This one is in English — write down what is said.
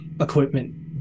equipment